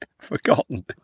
Forgotten